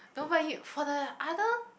no but you for the other